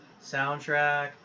soundtrack